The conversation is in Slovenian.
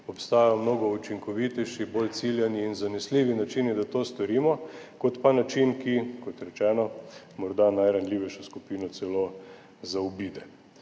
obstajajo mnogo učinkovitejši, bolj ciljani in zanesljivi načini, da to storimo kot pa način, ki kot rečeno, morda najranljivejšo skupino celo zaobide.